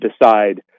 decide